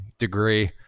degree